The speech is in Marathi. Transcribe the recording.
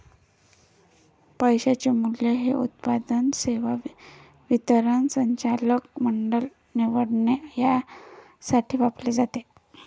पैशाचे मूल्य हे उत्पादन, सेवा वितरण, संचालक मंडळ निवडणे यासाठी वापरले जाते